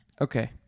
Okay